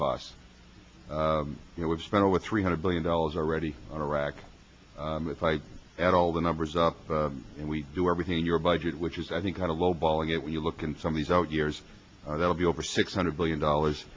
costs you know we've spent over three hundred billion dollars already in iraq if i add all the numbers up and we do everything in your budget which is i think kind of low balling it when you look in some of these out years that will be over six hundred billion dollars